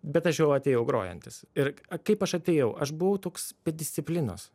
bet aš jau atėjau grojantis ir kaip aš atėjau aš buvau toks be disciplinos